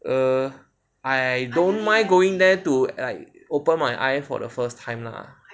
err I don't mind going there to err open my eyes for the first time lah